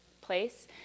place